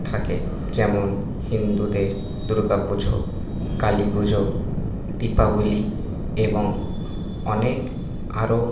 থাকে যেমন হিন্দুদের দুর্গাপুজো কালীপুজো দীপাবলি এবং অনেক আরও